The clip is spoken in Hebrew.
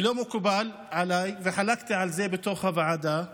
שלא מקובל עליי, וחלקתי על זה בתוך הוועדה.